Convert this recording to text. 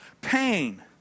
pain